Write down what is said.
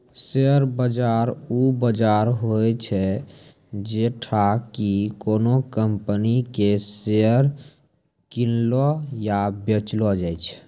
share बाजार उ बजार होय छै जैठां कि कोनो कंपनी के शेयर किनलो या बेचलो जाय छै